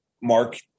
Mark